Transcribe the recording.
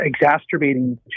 exacerbating